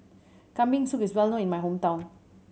Kambing Soup is well known in my hometown